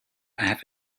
have